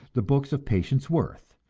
the books of patience worth,